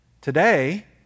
Today